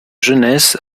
jeunesse